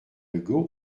hugo